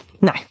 no